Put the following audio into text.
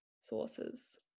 sources